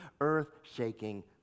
earth-shaking